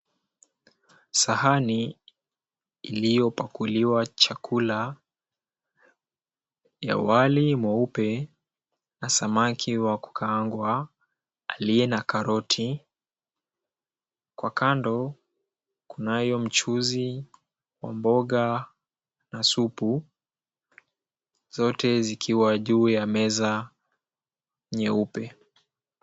Sahani iliyopakuliwa chakula ya wali mweupe na samaki wa kukaangwa aliye na karoti. Kwa kando kunayo mchuzi wa mboga na supu zote zikiwa juu ya meza nyeupe.